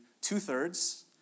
two-thirds